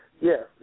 Yes